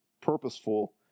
purposeful